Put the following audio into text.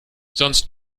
sonst